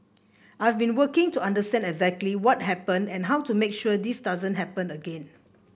I've been working to understand exactly what happened and how to make sure this doesn't happen again